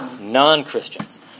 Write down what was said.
non-Christians